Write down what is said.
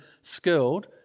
skilled